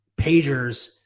pagers